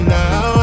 now